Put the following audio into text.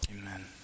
Amen